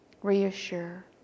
Reassure